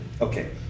Okay